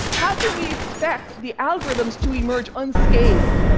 how can we expect the algorithms to emerge unscathed?